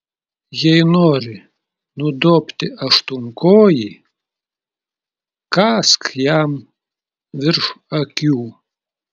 jei nori nudobti aštuonkojį kąsk jam virš akių